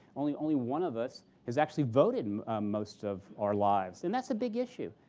only only one of us has actually voted most of our lives. and that's a big issue.